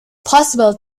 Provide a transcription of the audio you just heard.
possible